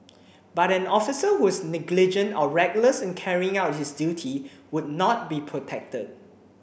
but an officer who was negligent or reckless in carrying out his duty would not be protected